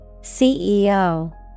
CEO